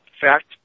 Fact